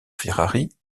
ferrari